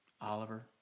Oliver